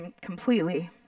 completely